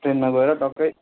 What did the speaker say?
ट्रेनमा गएर टक्कै